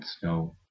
snow